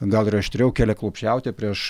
gal ir aštriau keliaklupsčiauti prieš